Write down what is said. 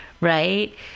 right